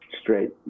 straight